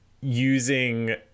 using